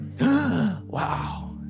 Wow